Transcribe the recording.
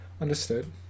Understood